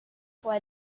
why